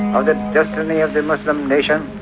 um the destiny of the muslim nation,